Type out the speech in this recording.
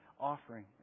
offering